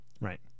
right